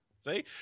See